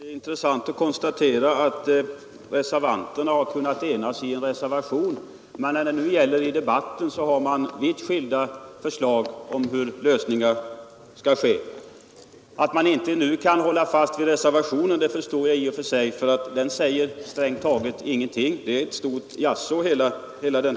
Herr talman! Det är intressant att konstatera att reservanterna kunnat enas i en reservation. Men här i debatten har man vitt skilda förslag om hur lösningar skall ske. Att man inte håller fast vid reservationen förstår jag, för den säger strängt taget ingenting. Reservationen är ett enda stort jaså.